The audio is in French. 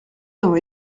avons